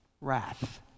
wrath